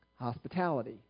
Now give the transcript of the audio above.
hospitality